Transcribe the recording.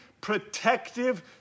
protective